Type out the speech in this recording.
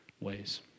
ways